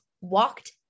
walked